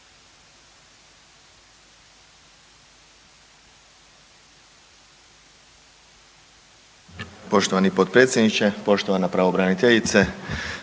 poštovani potpredsjedniče, poštovana kolegice